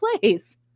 place